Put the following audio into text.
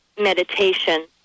meditation